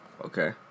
okay